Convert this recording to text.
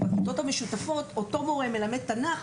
בכיתות המשותפות אותו גורם שמלמד תנ"ך,